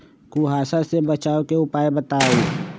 कुहासा से बचाव के उपाय बताऊ?